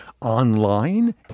online